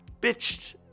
bitched